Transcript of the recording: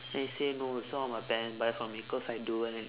then he say no this one all my parents buy for me cause I do well in